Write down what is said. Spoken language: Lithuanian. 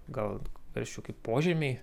gal versčiau kaip požemiai